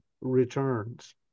returns